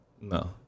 No